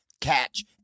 Catch